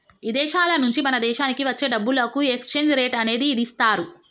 ఇదేశాల నుంచి మన దేశానికి వచ్చే డబ్బులకు ఎక్స్చేంజ్ రేట్ అనేది ఇదిస్తారు